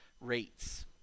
rates